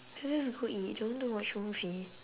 let's just go eat do you want to watch movie